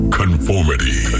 conformity